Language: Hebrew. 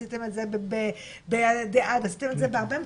עשיתם את זה בהרבה מקומות,